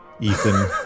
Ethan